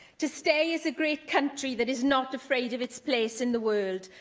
to stay as a great country that is not afraid of its place in the world,